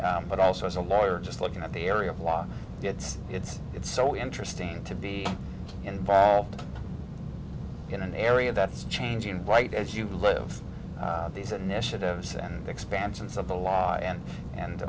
s but also as a lawyer just looking at the area of law it's it's it's so interesting to be involved in an area that's changing right as you live these initiatives and expansions of the law and and